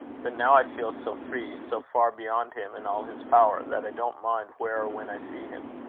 but now i feel so free, so far beyond him and all his power, that i don't mind where or when i see him.